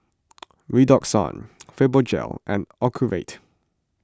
Redoxon Fibogel and Ocuvite